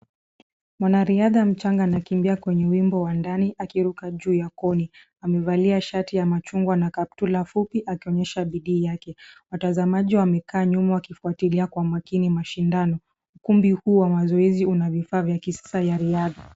Mwanariadha mchanga anakimbia kwenye wimbo wa ndani, akiruka juu ya koni. Amevalia shati ya machungwa na kaptula fupi akionyesha bidii yake. Watazamaji wamekaa nyuma wakifuatilia kwa makini mashindano. Ukumbi huu wa mazoezi una vifaa vya kisasa ya riadha.